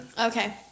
Okay